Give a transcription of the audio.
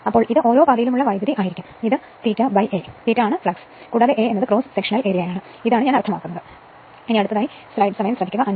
അതിനാൽ ഇത് ഓരോ പാതയിലുമുള്ള വൈദ്യുതി ആയിരിക്കും ഇത് ∅ A ∅ ആണ് ഫ്ലക്സ് കൂടാതെ A എന്നത് ക്രോസ് സെക്ഷണൽ ഏരിയയാണ് ഇതാണ് ഞാൻ അർത്ഥമാക്കുന്നത് നമ്മൾക്ക് അത് കാണാം